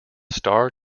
star